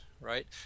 right